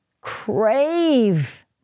crave